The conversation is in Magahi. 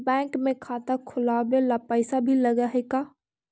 बैंक में खाता खोलाबे ल पैसा भी लग है का?